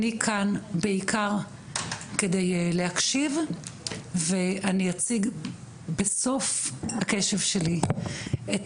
אני כאן בעיקר כדי להקשיב ואני אציג בסוף הקשב שלי את